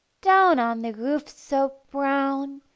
down on the roof so brown